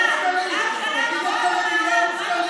האבטלה גואה במערב.